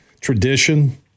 tradition